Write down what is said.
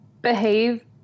behave